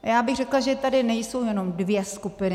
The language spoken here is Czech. Já bych řekla, že tady nejsou jenom dvě skupiny.